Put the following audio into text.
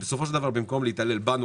במקום להתעלל בנו,